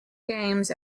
games